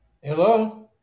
Hello